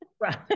Right